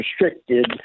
restricted